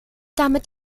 damit